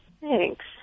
Thanks